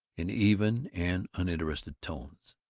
in even and uninterested tones,